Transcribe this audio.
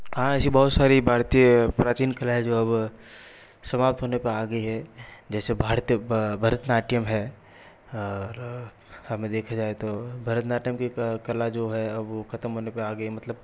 आज बहुत सारी भारतीय प्राचीन कलाएँ जो अब समाप्त होने को आ गई हैं जैसे भरतनाट्यम है हमें देखा जा तो भरतनाट्यम की कला जो है अब वो ख़त्म होने को आ गई मतलब